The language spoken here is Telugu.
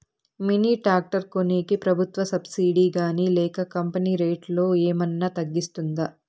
మిని టాక్టర్ కొనేకి ప్రభుత్వ సబ్సిడి గాని లేక కంపెని రేటులో ఏమన్నా తగ్గిస్తుందా?